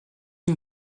une